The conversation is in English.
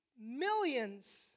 millions